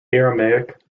aramaic